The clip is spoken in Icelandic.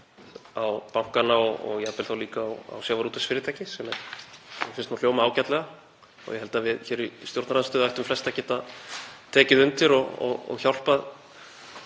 á bankana og þá jafnvel líka á sjávarútvegsfyrirtæki, sem mér finnst hljóma ágætlega, og ég held að við í stjórnarandstöðu ættum flest að geta tekið undir og hjálpað